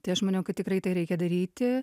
tai aš maniau kad tikrai tai reikia daryti